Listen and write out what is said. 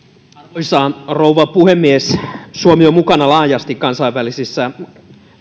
arvoisa rouva puhemies suomi on mukana laajasti kansainvälisessä